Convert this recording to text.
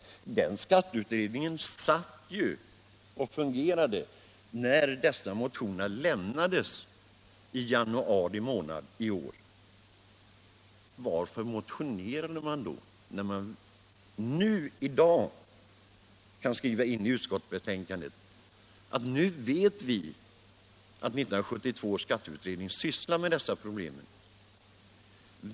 Den utredningen satt ju och funderade när dessa motioner väcktes. Varför motionerade man då, när man nu kan skriva in i utskottsbetänkandet att nu vet vi att 1972 års skatteutredning sysslar med dessa problem?